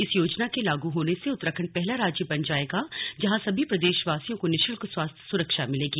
इस योजना के लागू होने से उत्तराखंड पहला राज्य बन जाएगा जहां सभी प्रदेश वासियों को निशुल्क स्वास्थ्य सुरक्षा मिलेगी